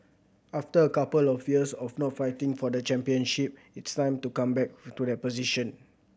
after a couple of years of not fighting for the championship it's time to come back to that position